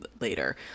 later